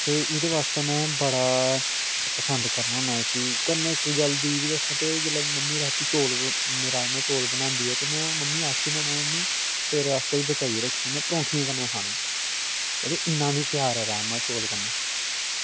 ते एह्दे बास्तै में बड़ा पसंद करना होना इस्सी कन्नै इक्क गल्ल दूई बी दस्सां ते जिसलै मम्मी रातीं राजमाह् चौल बनांदी ऐ ते में मम्मी आक्खी ओड़ना होना मम्मी सबैह्रे आस्तै बी बचाइयै रक्खेओ में परोंठी कन्नै खाना ई ते इन्ना मिगी प्यार ऐ राजमांह् चौल कन्नै